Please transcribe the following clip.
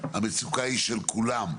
המצוקה היא של כולם.